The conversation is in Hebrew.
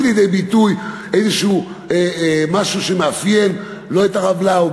לידי ביטוי איזשהו משהו שלא מאפיין את הרב לאו,